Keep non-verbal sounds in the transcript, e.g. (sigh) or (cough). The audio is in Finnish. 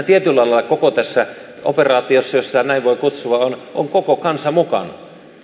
(unintelligible) tietyllä lailla koko tässä operaatiossa jos sitä näin voi kutsua on on koko kansa mukana